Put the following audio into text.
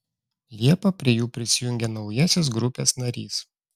liepą prie jų prisijungė naujasis grupės narys